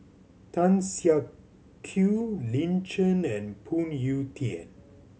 Tan Siak Kew Lin Chen and Phoon Yew Tien